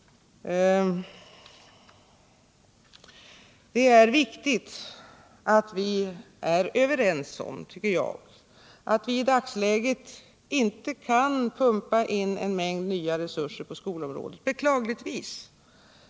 Det är viktigt att vi är överens om, tycker jag, att vi i dagsläget beklagligtvis inte kan pumpa in en mängd nya resurser på skolområdet.